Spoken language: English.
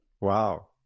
Wow